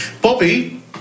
Bobby